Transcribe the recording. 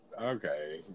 Okay